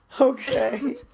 Okay